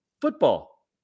football